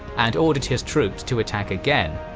and ordered his troops to attack again.